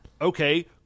Okay